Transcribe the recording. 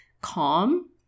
calm